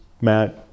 Matt